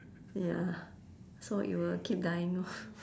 ya so it will keep dying lor